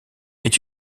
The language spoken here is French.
est